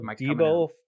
Debo